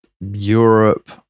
Europe